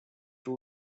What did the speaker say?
two